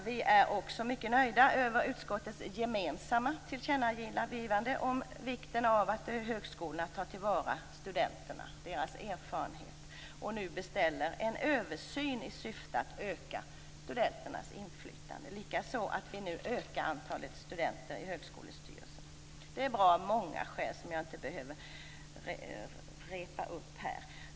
Till sist är vi också mycket nöjda över utskottets gemensamma tillkännagivande om vikten av att högskolan tar till vara studenternas erfarenheter och nu beställer en översyn i syfte att öka deras inflytande. Vi ökar nu antalet studentrepresentanter i Högskolestyrelsen, och detta av många skäl som jag inte behöver upprepa här.